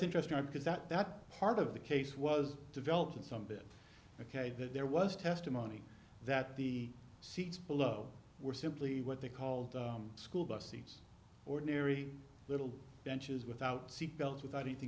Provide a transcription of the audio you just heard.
interesting because that that's part of the case was developed and some of it ok that there was testimony that the seats below were simply what they called the school bus seats ordinary little benches without seat belts without anything